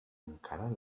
encara